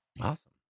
awesome